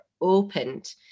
opened